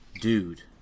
dude